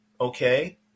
okay